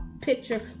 picture